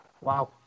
Wow